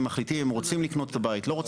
שמחליטים אם הם רוצים לקנות את הבית או לא.